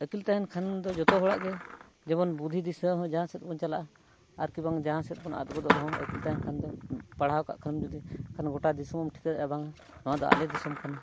ᱟᱹᱠᱤᱞ ᱛᱟᱦᱮᱱ ᱠᱷᱟᱱ ᱫᱚ ᱡᱚᱛᱚ ᱦᱚᱲᱟᱜ ᱜᱮ ᱡᱮᱢᱚᱱ ᱵᱩᱫᱽᱫᱷᱤ ᱫᱤᱥᱟᱹ ᱦᱚᱸ ᱡᱟᱦᱟᱸ ᱥᱮᱫ ᱵᱚᱱ ᱪᱟᱞᱟᱜᱼᱟ ᱟᱨ ᱵᱟᱝ ᱡᱟᱦᱟᱸ ᱥᱮᱫ ᱵᱚᱱ ᱟᱫ ᱜᱚᱫᱚᱜ ᱨᱮᱦᱚᱸ ᱟᱹᱠᱤᱞ ᱛᱟᱦᱮᱱ ᱠᱷᱟᱱ ᱫᱚ ᱯᱟᱲᱦᱟᱣ ᱠᱟᱜ ᱠᱷᱟᱱᱮᱢ ᱡᱩᱫᱤ ᱟᱨ ᱜᱳᱴᱟ ᱫᱤᱥᱚᱢᱮᱢ ᱴᱷᱤᱠᱟᱹᱭᱮᱫᱼᱟ ᱵᱟᱝ ᱱᱚᱣᱟᱫᱚ ᱟᱞᱮ ᱫᱤᱥᱚᱢ ᱠᱟᱱᱟ